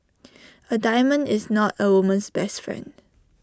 A diamond is not A woman's best friend